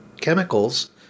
chemicals